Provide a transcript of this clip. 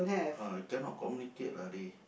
ah cannot communicate lah they